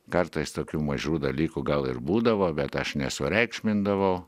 kartais tokių mažų dalykų gal ir būdavo bet aš nesureikšmindavau